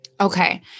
Okay